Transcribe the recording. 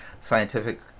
scientific